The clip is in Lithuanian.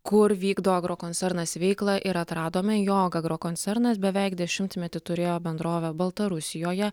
kur vykdo agrokoncernas veiklą ir atradome jog agrokoncernas beveik dešimtmetį turėjo bendrovę baltarusijoje